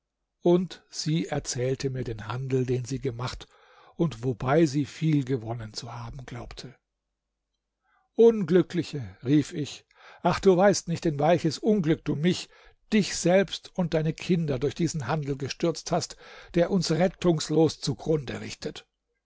und sie erzählte mir den handel den sie gemacht und wobei sie viel gewonnen zu haben glaubte unglückliche rief ich ach du weißt nicht in weiches unglück du mich dich selbst und deine kinder durch diesen handel gestürzt hast der uns rettungslos zugrunde richtet